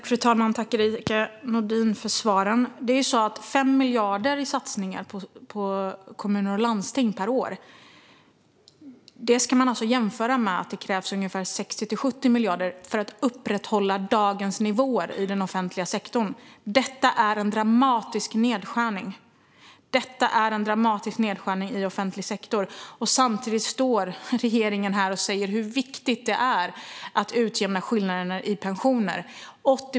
Fru talman! Tack, Erica Nådin, för svaren! Man ska jämföra 5 miljarder per år i satsningar på kommuner och landsting med att det krävs 60-70 miljarder för att upprätthålla dagens nivåer i den offentliga sektorn. Detta är en dramatisk nedskärning i offentlig sektor, och samtidigt står regeringen här och säger hur viktigt det är att utjämna skillnaderna i pensioner.